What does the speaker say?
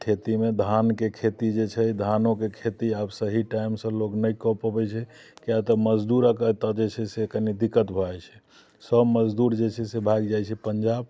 खेतीमे धानके खेती जे छै धानोके खेती आब सही टाइमसँ लोक नहि कऽ पबैये छै किया तऽ मजदूर आब एतऽ जे छै से कने दिक्कत भऽ जाइ छै सब मजदूर जे छै भागि जाइ छै पंजाब